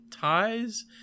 ties